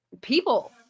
people